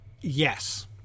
Yes